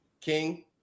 King